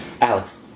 Alex